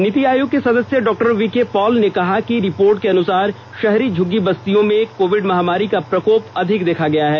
नीति आयोग के सदस्य डॉ विनोद पॉल ने कहा कि रिपोर्ट के अनुसार शहरी झुग्गी बस्तियों में कोविड महामारी का प्रकोप अधिक देखा गया है